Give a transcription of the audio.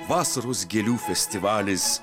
vasaros gėlių festivalis